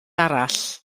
arall